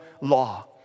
law